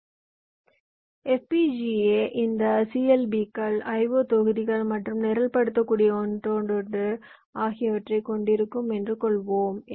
FPGA இந்த CLB கள் IO தொகுதிகள் மற்றும் நிரல்படுத்தக்கூடிய ஒன்றோடொன்று ஆகியவற்றைக் கொண்டிருக்கும் என்று கொள்வோம்